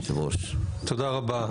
תודה רבה.